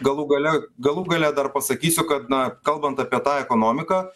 galų gale galų gale dar pasakysiu kad na kalbant apie tą ekonomiką